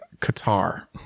Qatar